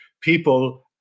people